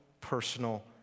personal